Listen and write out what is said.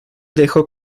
dejó